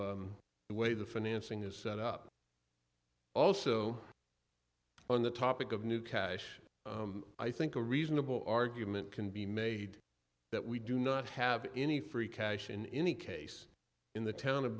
the way the financing is set up also on the topic of new cash i think a reasonable argument can be made that we do not have any free cash in any case in the town of